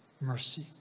mercy